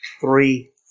three